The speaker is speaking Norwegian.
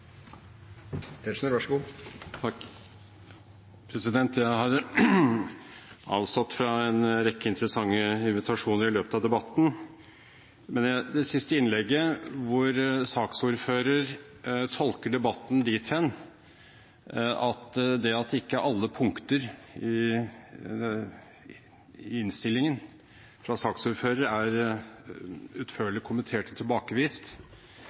Jeg har avstått fra en rekke interessante invitasjoner i løpet av debatten, men det siste innlegget, der saksordføreren tolker debatten dit hen at det at ikke alle punkter i innstillingen fra saksordføreren er utførlig kommentert og tilbakevist,